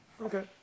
okay